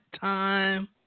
time